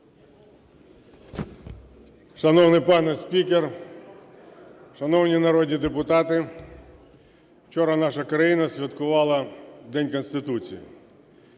Шановний пане спікер, шановні народні депутати! Вчора наша країна святкувала День Конституції,